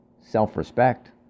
self-respect